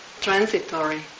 transitory